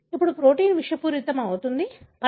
ఇప్పుడు ప్రోటీన్ విషపూరితం అవుతుంది